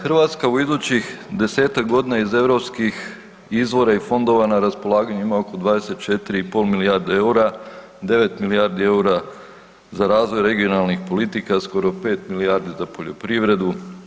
Hrvatska u idućih 10-tak godina iz europskih izvora i fondova na raspolaganju ima oko 24,5 milijarde EUR-a, 9 milijardi EUR-a za razvoj regionalnih politika, skoro 5 milijardi za poljoprivredu.